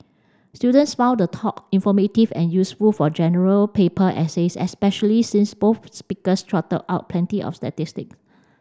students found the talk informative and useful for General Paper essays especially since both speakers trotted out plenty of statistics